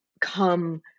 come